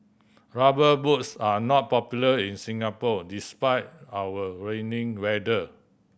Rubber Boots are not popular in Singapore despite our rainy weather